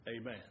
amen